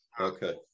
Okay